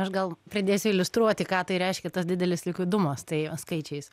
aš gal pradėsiu iliustruoti ką tai reiškia tas didelis likvidumas tai skaičiais